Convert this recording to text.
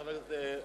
חבר הכנסת אקוניס.